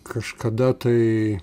kažkada tai